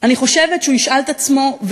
אני חושבת שהוא ישאל את עצמו,